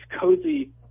cozy